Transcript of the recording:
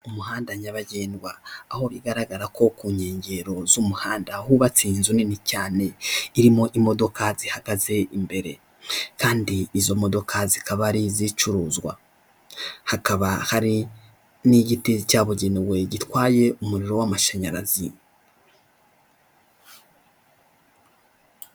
Umuhanda nyabagendwa aho bigaragara ko ku nkengero z'umuhanda hubatse inzu nini cyane irimo imodoka zihagaze imbere, kandi izo modoka zikaba ari izicuruzwa hakaba hari n'igiti cyabugenewe gitwaye umuriro w'amashanyarazi.